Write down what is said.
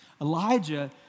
Elijah